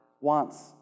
wants